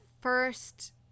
first